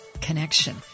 connection